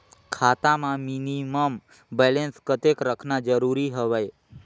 खाता मां minimum balance कतेक रखना जरूरी हवय?